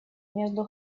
между